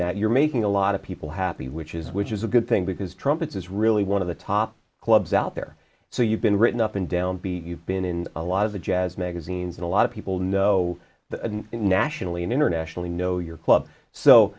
that you're making a lot of people happy which is which is a good thing because trumpets is really one of the top clubs out there so you've been written up and down be you've been in a lot of the jazz magazines and a lot of people know that nationally and internationally know your club so